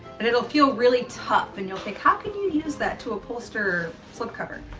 but it'll feel really tough and you'll think, how can you use that to upholster slip cover?